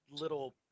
little